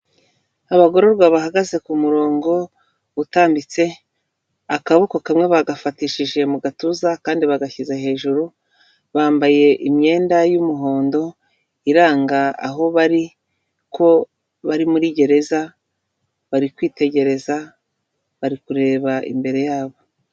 Abagororwa bahagaze ku murongo utambitse akaboko kamwe bagafatishije mu gatuza akandi bagashyira hejuru bambaye imyenda y'umuhondo iranga aho bari ko bari muri gereza bari kwitegereza bari kureba imbere yabo.